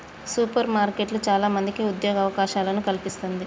super మార్కెట్లు చాల మందికి ఉద్యోగ అవకాశాలను కల్పిస్తంది